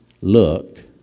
Look